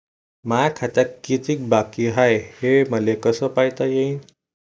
माया खात्यात कितीक बाकी हाय, हे मले कस पायता येईन?